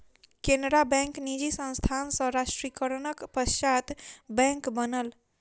Canara bank निजी संस्थान सॅ राष्ट्रीयकरणक पश्चात बैंक बनल